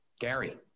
Gary